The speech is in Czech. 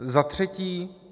Za třetí.